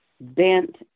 bent